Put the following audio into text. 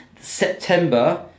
September